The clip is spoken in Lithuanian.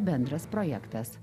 bendras projektas